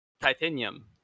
titanium